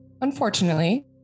Unfortunately